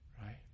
right